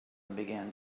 began